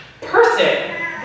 person